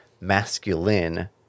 masculine